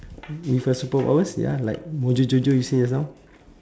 with a superpowers ya like mojo jojo you say just now